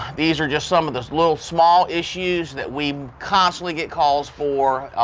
these are just some of those little small issues that we constantly get calls for.